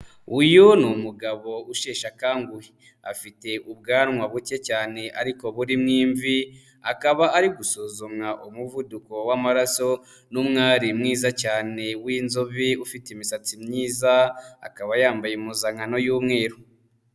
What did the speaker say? Uyu ni umugabo usheshe akanguhe. Afite ubwanwa buke cyane ariko burimo imvi, akaba ari gusuzumwa umuvuduko w'amaraso, n'umwari mwiza cyane w'inzobe ufite imisatsi myiza, akaba yambaye impuzankano y'umweru.